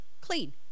clean